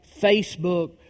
Facebook